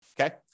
Okay